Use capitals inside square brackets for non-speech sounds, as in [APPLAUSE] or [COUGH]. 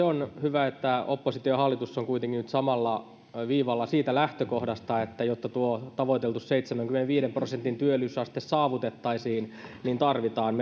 [UNINTELLIGIBLE] on hyvä että oppositio ja hallitus ovat kuitenkin nyt samalla viivalla siitä lähtökohdasta että jotta tuo tavoiteltu seitsemänkymmenenviiden prosentin työllisyysaste saavutettaisiin niin tarvitaan [UNINTELLIGIBLE]